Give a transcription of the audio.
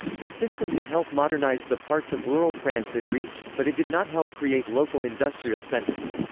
the system did help modernize the parts of rural france it reached, but it did not help create local industrial centers.